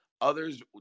others